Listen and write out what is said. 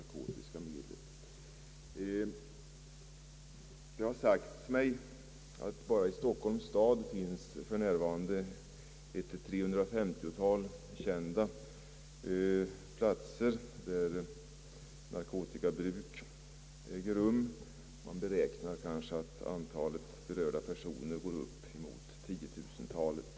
Det har sagts mig att bara i Stockholms stad finns för närvarande cirka 3950 kända platser där bruk av narkotika äger rum. Man beräknar att anta let berörda personer går upp emot tiotusentalet.